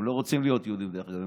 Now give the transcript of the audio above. הם לא רוצים להיות יהודים, דרך אגב.